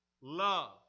love